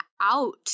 out